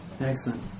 Excellent